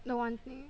the one thing